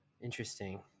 Interesting